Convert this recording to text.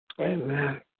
Amen